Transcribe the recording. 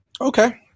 Okay